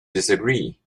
disagree